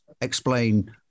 explain